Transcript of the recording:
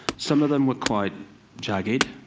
some of them were quite jagged.